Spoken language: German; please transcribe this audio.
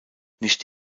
nicht